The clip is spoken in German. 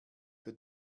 für